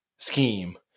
scheme